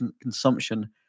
consumption